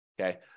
okay